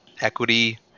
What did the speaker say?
equity